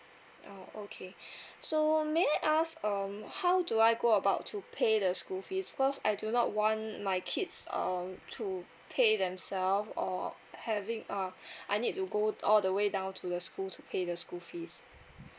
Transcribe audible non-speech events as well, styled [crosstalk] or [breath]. ah okay [breath] so may I ask um how do I go about to pay the school fees because I do not want my kids um to pay themselves or having uh [breath] I need to go to all the way down to the school to pay the school fees